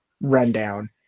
rundown